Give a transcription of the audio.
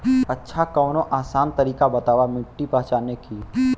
अच्छा कवनो आसान तरीका बतावा मिट्टी पहचाने की?